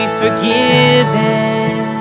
forgiven